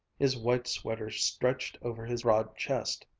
his white sweater stretched over his broad chest.